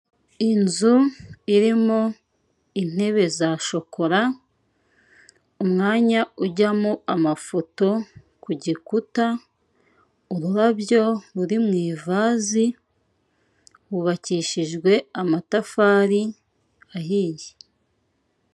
Inzu irimo intebe za shokora, umwanya ujyamo amafoto ku gikuta ururabyo ruri mu ivaze yubakishijwe amatafari ahiye.